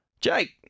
Jake